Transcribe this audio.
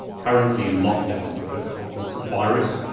currently in lockdown because of this virus,